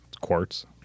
Quartz